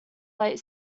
late